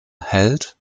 held